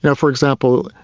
yeah for example,